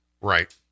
Right